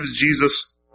Jesus